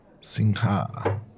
Singha